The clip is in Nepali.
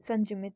सन्जुमित